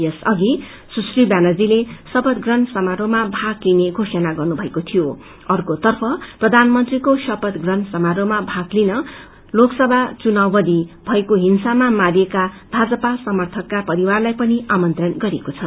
यस अघि सुश्री व्यानर्जीले शपथ ग्रहण समारोहमा भाग लिने घोषणा गर्नुभएको थिईन अर्कोतर्फ प्रधानमंत्रीको शपथ ग्रहण समारोहमा भाग लिन लोकसभा चुनावको समय भएको हिंसामा मारिएका भाजपा समर्थकका परिवारलाई पनि आमंत्रण गरिएको छ